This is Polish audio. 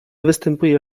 występuje